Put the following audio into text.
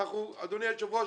ואנחנו אדוני היושב-ראש,